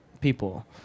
people